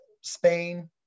spain